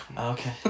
Okay